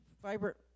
vibrant